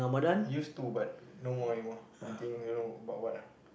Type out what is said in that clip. used to but no more anymore I think you know about what ah